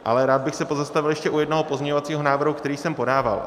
Ale rád bych se pozastavil ještě u jednoho pozměňovacího návrhu, který jsem podával.